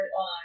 on